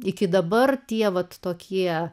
iki dabar tie vat tokie